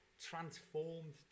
transformed